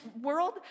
world